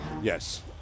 Yes